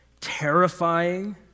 terrifying